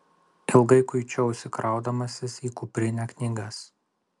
ilgai kuičiausi kraudamasis į kuprinę knygas